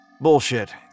Bullshit